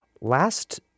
Last